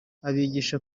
abigisha